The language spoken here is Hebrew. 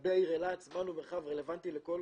לגבי העיר אילת זמן ומרחב רלוונטי לכל